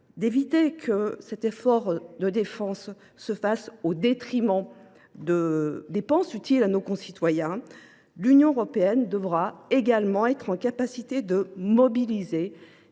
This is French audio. d’éviter que cet effort ne se fasse au détriment de dépenses utiles à nos concitoyens, l’Union européenne devra également être capable de mobiliser